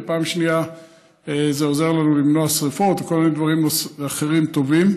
ומצד שני זה עוזר לנו למנוע שרפות וכל מיני דברים אחרים טובים.